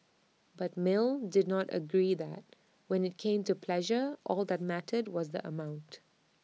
but mill did not agree that when IT came to pleasure all that mattered was the amount